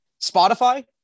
Spotify